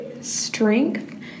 Strength